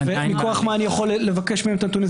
מכוח מה אני יכול לבקש מהם את הנתונים?